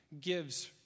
gives